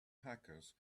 hackers